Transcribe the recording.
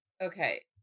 Okay